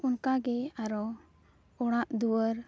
ᱚᱱᱠᱟ ᱜᱮ ᱟᱨᱚ ᱚᱲᱟᱜ ᱫᱩᱣᱟᱹᱨ